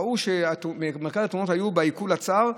ראו שעיקר התאונות היו בעיקול הצר,